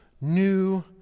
new